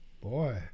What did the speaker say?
Boy